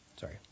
Sorry